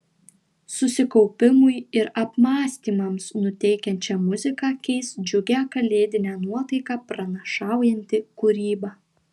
susikaupimui ir apmąstymams nuteikiančią muziką keis džiugią kalėdinę nuotaiką pranašaujanti kūryba